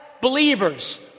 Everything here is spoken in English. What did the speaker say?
believers